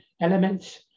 elements